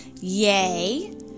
Yay